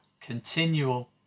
continual